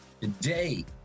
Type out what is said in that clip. today